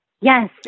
Yes